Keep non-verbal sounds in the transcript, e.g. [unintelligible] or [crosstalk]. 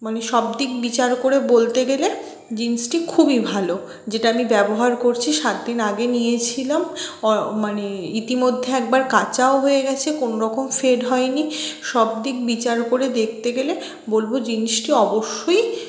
মানে সব দিক বিচার করে বলতে গেলে জিন্সটি খুবই ভালো যেটা আমি ব্যবহার করছি সাত দিন আগে নিয়েছিলাম [unintelligible] মানে ইতিমধ্যে একবার কাচাও হয়ে গেছে কোনরকম ফেড হয় নি সবদিক বিচার করে দেখতে গেলে বলবো জিন্সটি অবশ্যই